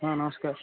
ହଁ ନମସ୍କାର